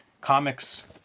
comics